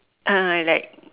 uh like